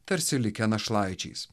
tarsi likę našlaičiais